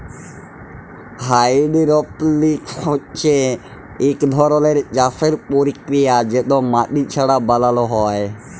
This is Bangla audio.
হাইডরপলিকস হছে ইক ধরলের চাষের পরকিরিয়া যেট মাটি ছাড়া বালালো হ্যয়